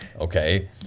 okay